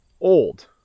old